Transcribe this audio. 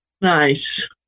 Nice